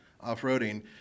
off-roading